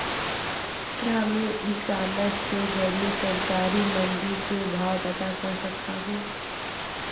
क्या मैं e commerce के ज़रिए सरकारी मंडी के भाव पता कर सकता हूँ?